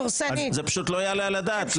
זה פשוט לא יעלה לע הדעת.